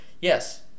Yes